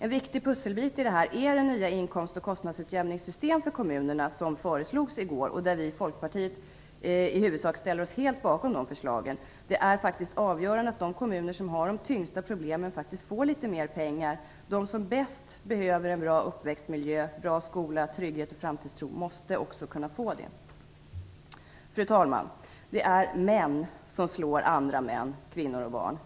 En viktig pusselbit är det nya inkomst och kostnadsutjämningssystem för kommunerna som föreslogs i går. Vi i Folkpartiet ställer oss i huvudsak helt bakom de förslagen. Det är faktiskt avgörande att de kommuner som har de tyngsta problemen får litet mer pengar. De som bäst behöver en bra uppväxtmiljö, en bra skola, trygghet och framtidstro måste också kunna få detta. Fru talman! Det är män som slår andra män, kvinnor och barn.